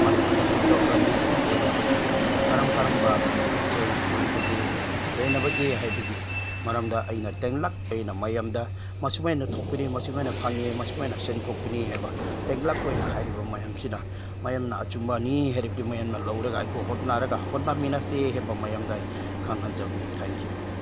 ꯃꯅꯤꯄꯨꯔꯗ ꯁꯦꯟꯊꯣꯛ ꯂꯝꯕꯤ ꯑꯣꯏꯅꯕꯒꯤ ꯀꯔꯝ ꯀꯔꯝꯕꯁꯤꯡ ꯂꯣꯏꯕꯒꯦ ꯂꯣꯏꯅꯕꯒꯦ ꯍꯥꯏꯕꯒꯤ ꯃꯔꯝꯗ ꯑꯩꯅ ꯇꯦꯜꯂꯞ ꯑꯩꯅ ꯃꯌꯥꯝꯗ ꯃꯁꯨꯃꯥꯏꯅ ꯊꯣꯛꯄꯤꯔꯦ ꯃꯁꯨꯃꯥꯏꯅ ꯐꯪꯉꯦ ꯃꯁꯨꯃꯥꯏꯅ ꯁꯦꯟ ꯊꯣꯛꯄꯅꯤ ꯍꯥꯏꯕ ꯇꯦꯜꯂꯞ ꯑꯣꯏꯅ ꯍꯥꯏꯔꯤꯕ ꯃꯌꯥꯝꯁꯤꯗ ꯃꯌꯥꯝꯅ ꯑꯆꯨꯝꯕꯅꯤ ꯍꯥꯏꯔꯕꯗꯤ ꯃꯌꯥꯝꯅ ꯂꯧꯔꯒ ꯑꯩꯈꯣꯏ ꯍꯣꯠꯅꯔꯒ ꯍꯣꯠꯅꯃꯤꯟꯅꯁꯤ ꯍꯥꯏꯕ ꯃꯌꯥꯝꯗ ꯑꯩ ꯈꯪꯍꯟꯖꯕꯅꯤ ꯊꯦꯡꯛ ꯌꯨ